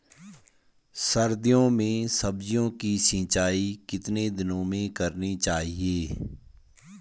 सर्दियों में सब्जियों की सिंचाई कितने दिनों में करनी चाहिए?